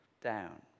down